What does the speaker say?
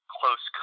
close